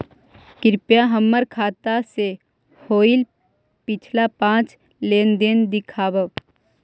कृपा हमर खाता से होईल पिछला पाँच लेनदेन दिखाव